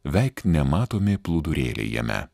veik nematomi plūdurėliai jame